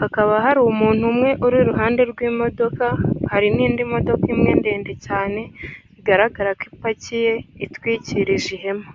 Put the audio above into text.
hakaba hari umuntu umwe uri iruhande rw'imodoka. Hari n'indi modoka imwe ndende cyane, bigaragara ko ipakiye itwikirije ihema.